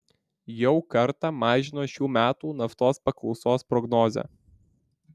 jau kartą mažino šių metų naftos paklausos prognozę